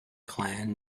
clan